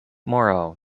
morrow